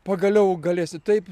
pagaliau galėsi taip